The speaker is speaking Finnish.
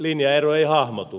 linjaero ei hahmotu